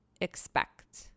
expect